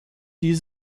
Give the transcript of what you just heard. sie